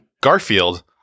Garfield